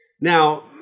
Now